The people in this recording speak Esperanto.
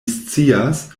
scias